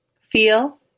feel